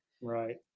Right